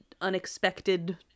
unexpected